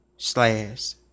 Slash